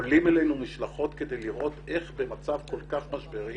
עולים אלינו משלחות כדי לראות איך במצב כל כך משברי